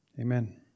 Amen